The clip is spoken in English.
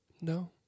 No